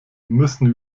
müssen